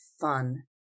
fun